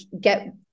get